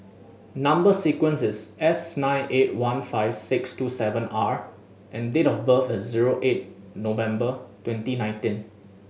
number sequence is S nine eight one five six two seven R and date of birth is zero eight November twenty nineteen